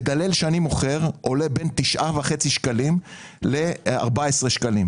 אם המדלל שאני מוכר עולה בין 9.5 שקלים ל-14 שקלים